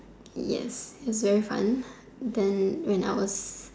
yes is very fun then when I was